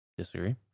Disagree